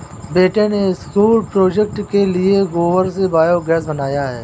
बेटे ने school project के लिए गोबर से बायोगैस बनाया है